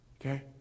Okay